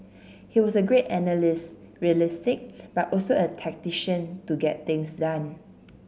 he was a great analyst realistic but also a tactician to get things done